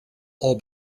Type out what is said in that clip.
all